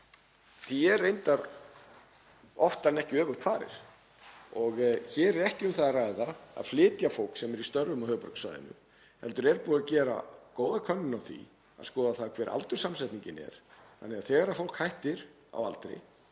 Því er reyndar oftar en ekki öfugt farið. Hér er ekki um það að ræða að flytja fólk sem er í störfum á höfuðborgarsvæðinu heldur er búið að gera góða könnun á því og skoða hver aldurssamsetningin er, þannig að þegar fólk hættir vegna